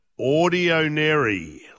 Audionary